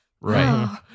right